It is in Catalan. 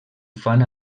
fan